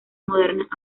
modernas